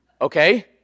Okay